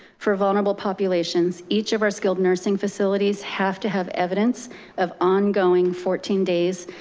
for vulnerable populations, each of our skilled nursing facilities have to have evidence of ongoing fourteen days,